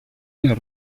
nel